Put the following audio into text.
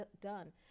done